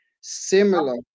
similar